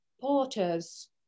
porters